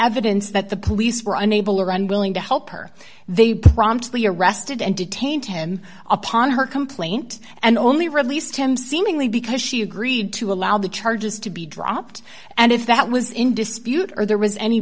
evidence that the police were unable or unwilling to help her they promptly arrested and detained him upon her complaint and only released him seemingly because she agreed to allow the charges to be dropped and if that was in dispute or there was any